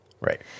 Right